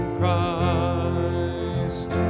Christ